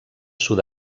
sud